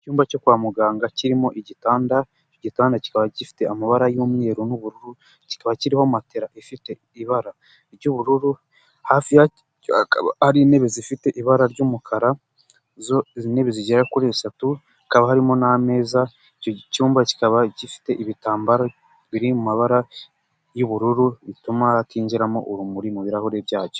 Icyumba cyo kwa muganga kirimo igitanda, igitanda kikaba gifite amabara y'umweru n'ubururu kikaba kirimo matera ifite ibara ry'ubururu hafi hari intebe zifite ibara ry'umukara zigera kuri eshatu hakaba harimo n'ameza icyo cyumba kikaba gifite ibitambaro biri mu mabara y'ubururu bituma hatinjiramo urumuri mu birahuri byacyo.